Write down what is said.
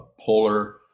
polar